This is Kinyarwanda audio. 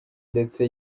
ndetse